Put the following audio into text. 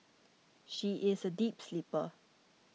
she is a deep sleeper